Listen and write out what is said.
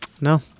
No